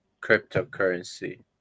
cryptocurrency